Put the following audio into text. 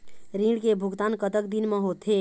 ऋण के भुगतान कतक दिन म होथे?